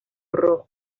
rojo